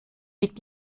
mit